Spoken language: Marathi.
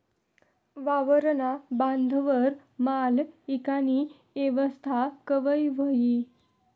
वावरना बांधवर माल ईकानी येवस्था कवय व्हयी?